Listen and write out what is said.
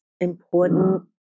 important